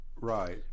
Right